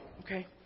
okay